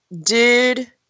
dude